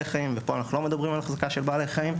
חיים ופה אנחנו לא מדברים על החזקה של בעלי חיים.